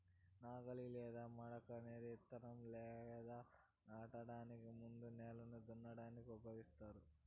నాగలి లేదా మడక అనేది ఇత్తనం లేదా నాటడానికి ముందు నేలను దున్నటానికి ఉపయోగిస్తారు